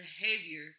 behavior